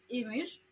image